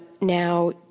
Now